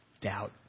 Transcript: Doubt